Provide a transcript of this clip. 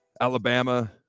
Alabama